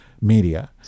media